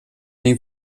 één